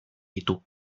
ditu